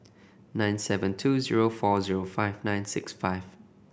nine seven two zero four zero five nine six five